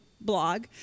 blog